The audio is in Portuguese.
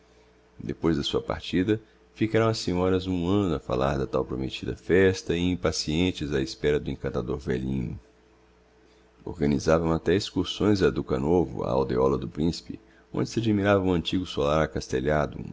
depois da sua partida ficaram as senhoras um anno a falar da tal promettida festa e impacientes á espera do encantador velhinho organizavam até excursões a dukhanovo a aldeóla do principe onde se admirava um antigo solar acastellado